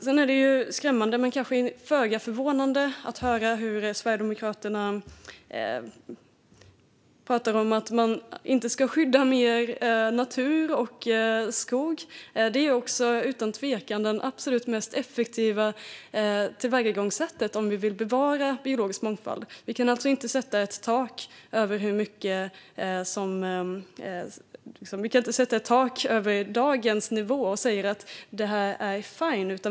Sedan är det skrämmande men kanske föga förvånande att höra hur Sverigedemokraterna pratar om att man inte ska skydda mer natur och skog. Det är utan tvekan det absolut mest effektiva tillvägagångssättet om vi vill bevara biologisk mångfald. Vi kan alltså inte sätta ett tak vid dagens nivå och säga: Detta är fine.